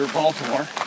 Baltimore